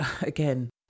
again